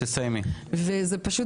זה פשוט